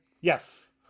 Yes